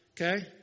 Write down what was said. okay